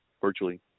virtually